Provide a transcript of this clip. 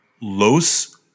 Los